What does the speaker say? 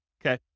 okay